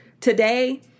today